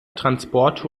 transporte